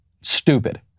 stupid